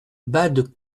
bad